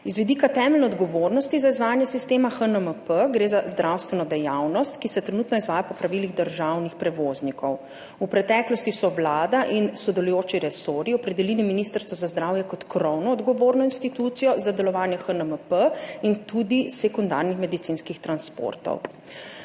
Iz vidika temeljne odgovornosti za izvajanje sistema HNMP, gre za zdravstveno dejavnost, ki se trenutno izvaja po pravilih državnih prevoznikov, v preteklosti so Vlada in sodelujoči resorji opredelili Ministrstvo za zdravje kot krovno odgovorno institucijo za delovanje HNMP in tudi sekundarnih medicinskih transportov.